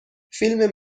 فیلم